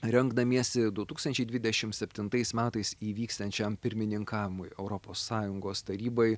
rengdamiesi du tūkstančiai dvidešim septintais metais įvyksiančiam pirmininkavimui europos sąjungos tarybai